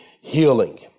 healing